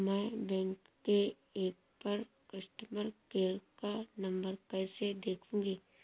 मैं बैंक के ऐप पर कस्टमर केयर का नंबर कैसे देखूंगी?